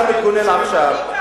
אתה מתגונן עכשיו,